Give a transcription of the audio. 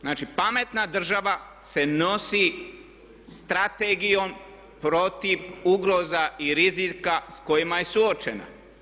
Znači pametna država se nosi strategijom protiv ugroza i rizika s kojima je suočena.